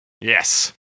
Yes